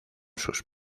sus